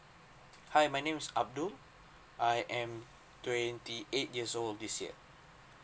hi my name is abdul I am twenty eight years old this year